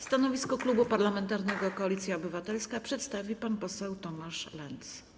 Stanowisko Klubu Parlamentarnego Koalicja Obywatelska przedstawi pan poseł Tomasz Lenz.